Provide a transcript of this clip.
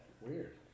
Weird